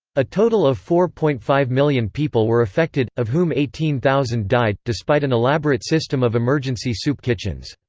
a total of four point five million people were affected, of whom eighteen thousand died, despite an elaborate system of emergency soup kitchens.